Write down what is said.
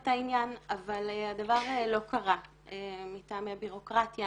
העניין אבל הדבר לא קרה מטעמי ביורוקרטיה,